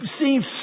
seems